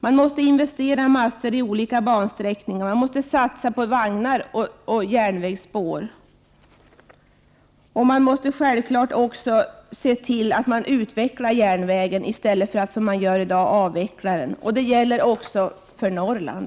Man måste investera massor av pengar i olika bansträckningar, man måste satsa på vagnar och järnvägsspår. Man måste självfallet också utveckla järnvägen i stället för att som i dag avveckla den. Det gäller också för Norrland.